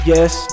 Yes